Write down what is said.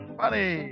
funny